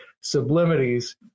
sublimities